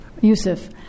Yusuf